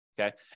okay